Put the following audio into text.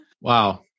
Wow